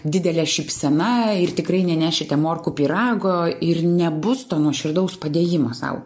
didele šypsena ir tikrai nenešite morkų pyrago ir nebus to nuoširdaus padėjimo sau